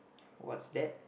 what's that